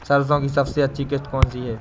सरसो की सबसे अच्छी किश्त कौन सी है?